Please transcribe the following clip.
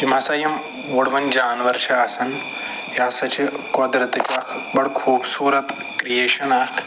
یِم ہسا یِم وٕڑوٕنۍ جانور چھِ آسان یہِ ہسا چھِ قۄدرَتٕچ اکھ بَڑٕ خوٗبصوٗرت کِرٛییشَن اَکھ